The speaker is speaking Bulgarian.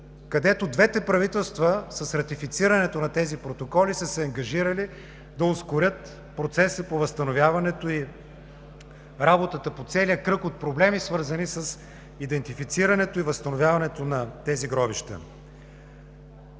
където двете правителства с ратифицирането на тези протоколи са се ангажирали да ускорят процеса по възстановяването и работата по целия кръг от проблеми, свързани с идентифицирането и възстановяването на тези гробища.